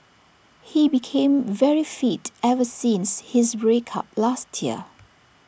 he became very fit ever since his break up last year